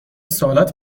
سوالات